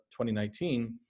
2019